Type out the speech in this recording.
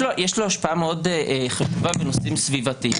השפעה מאוד חשובה בנושאים סביבתיים.